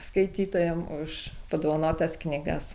skaitytojam už padovanotas knygas